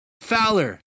Fowler